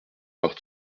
par